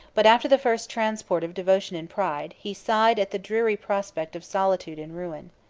but after the first transport of devotion and pride, he sighed at the dreary prospect of solitude and ruin.